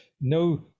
no